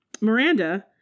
miranda